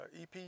EP